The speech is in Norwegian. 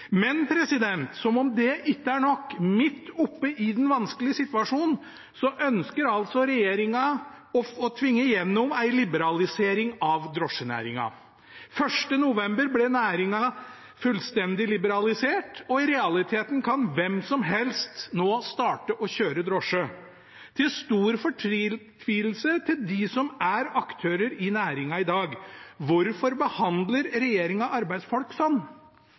Men som om ikke det er nok: Midt oppe i den vanskelige situasjonen ønsker altså regjeringen å tvinge gjennom en liberalisering av drosjenæringen. Den 1. november ble næringen fullstendig liberalisert. I realiteten kan hvem som helst nå starte å kjøre drosje – til stor fortvilelse for dem som er aktører i næringen i dag. Hvorfor behandler regjeringen arbeidsfolk sånn?